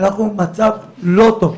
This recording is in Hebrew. אנחנו במצב לא טוב.